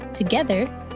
Together